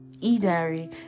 E-diary